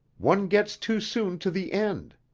one gets too soon to the end.